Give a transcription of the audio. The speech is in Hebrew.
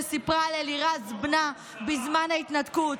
שסיפרה על אלירז בנה בזמן ההתנתקות.